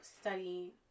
study